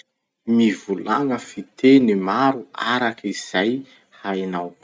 Mivolagna fiteny maro arak'izay hainao.